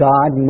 God